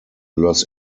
los